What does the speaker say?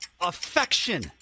Affection